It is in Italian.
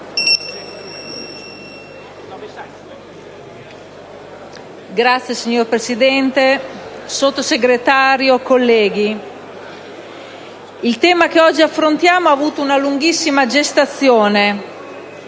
il tema che oggi affrontiamo ha avuto una lunghissima gestazione: